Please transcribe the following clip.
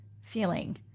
feeling